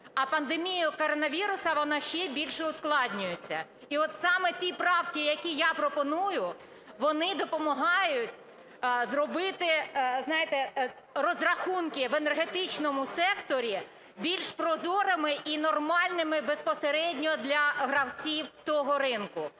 а пандемією коронавірусу вона ще більше ускладнюється. І от саме ті правки, які я пропоную, вони допомагають зробити розрахунки в енергетичному секторі більш прозорими і нормальними безпосередньо для гравців того ринку.